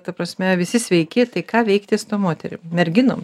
ta prasme visi sveiki tai ką veikti su ta moterim merginom